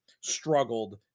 struggled